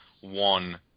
one